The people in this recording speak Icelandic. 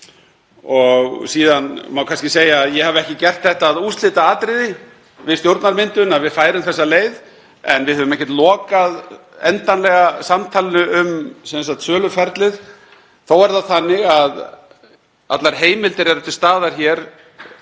og síðan má kannski segja að ég hafi ekki gert það að úrslitaatriði við stjórnarmyndun að við færum þessa leið en við höfum ekkert lokað endanlega samtalinu um söluferlið. Þó er það þannig að allar heimildir eru til staðar hér